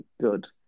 good